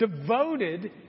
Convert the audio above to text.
devoted